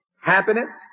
happiness